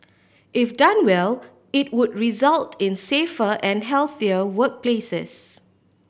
if done well it would result in safer and healthier workplaces